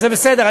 וזה בסדר,